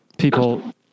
People